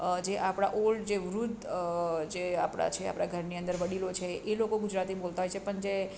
જે આપણા ઓલ્ડ જે વૃદ્ધ જે આપણા છે આપણા ઘરની અંદર વડીલો છે એ લોકો ગુજરાતી બોલતા હોય છે પણ જે